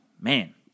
man